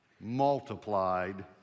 multiplied